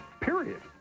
period